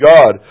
God